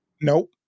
Nope